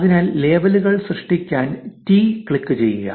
അതിനാൽ ലേബലുകൾ സൃഷ്ടിക്കാൻ റ്റി ക്ലിക്ക് ചെയ്യുക